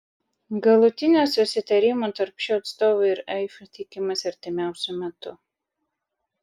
galutinio susitarimo tarp šio atstovų ir eif tikimasi artimiausiu metu